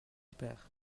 père